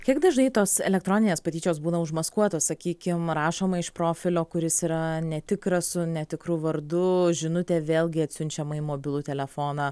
kiek dažnai tos elektroninės patyčios būna užmaskuotos sakykim rašoma iš profilio kuris yra netikras su netikru vardu žinutė vėlgi atsiunčiama į mobilų telefoną